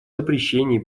запрещении